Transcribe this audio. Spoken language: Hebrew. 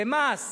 ומס